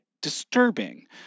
disturbing